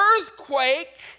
earthquake